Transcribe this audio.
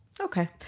Okay